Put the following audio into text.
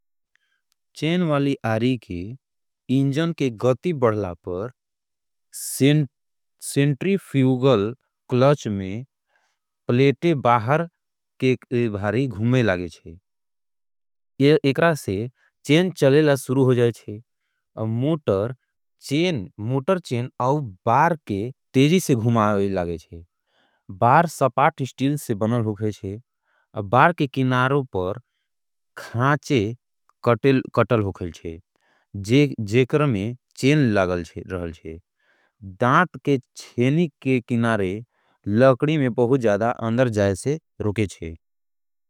चेन वाली आरीखे इंजन के गती बढ़ला पर सिंट्रीफ्यूगल कलच में पलेटे बाहर के भारी घुमे लागेंचे। एकरा से चेन चलेला शुरू हो जायेंचे। मोटर चेन अव बार के तेजी से घुमा आये लागेंचे। बार सपाथ स्टिल से बनल होगेंचे। बार के किनारों पर खाचे कटल होगेंचे। जेकर में चेन लागल शुरू होगेंचे। दान्त के चेनी के किनारे लकडी में बहुत ज़्यादा अंदर जायेंचे।